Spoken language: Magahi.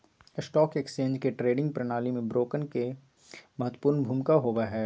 स्टॉक एक्सचेंज के ट्रेडिंग प्रणाली में ब्रोकर के महत्वपूर्ण भूमिका होबा हई